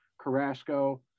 Carrasco